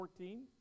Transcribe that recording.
14